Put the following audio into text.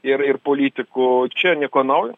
ir ir politikų čia nieko naujo